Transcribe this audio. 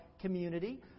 community